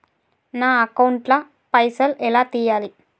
నా అకౌంట్ ల పైసల్ ఎలా తీయాలి?